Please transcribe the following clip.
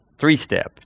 three-step